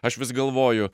aš vis galvoju